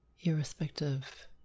irrespective